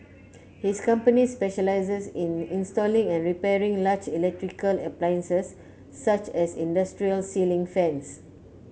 his company specialises in installing and repairing large electrical appliances such as industrial ceiling fans